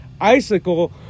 icicle